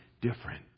different